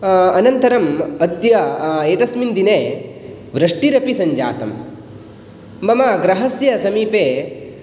अनन्तरम् अद्य एतस्मिन् दिने वृष्टिरपि सञ्जातं मम गृहस्य समीपे